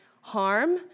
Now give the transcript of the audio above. harm